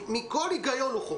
הוא חורג מכל היגיון.